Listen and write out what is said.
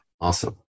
Awesome